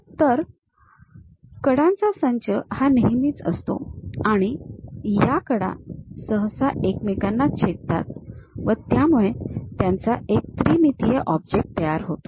तर कडांचा संच हा नेहमीच असतो आणि या कडा सहसा एकमेकांना छेदतात व त्यामुळे त्याचा एक त्रिमितीय ऑब्जेक्ट तयार होतो